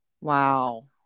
Wow